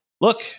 look